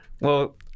well-